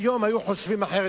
והיום היו חושבים אחרת